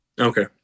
Okay